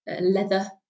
leather